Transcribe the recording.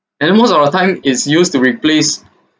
and then most of the time is used to replace